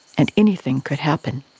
and anything could happen.